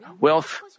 wealth